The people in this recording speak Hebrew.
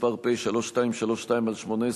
פ/3232/18,